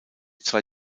zwei